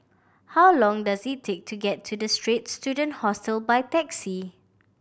how long does it take to get to The Straits Student Hostel by taxi